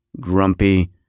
Grumpy